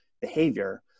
behavior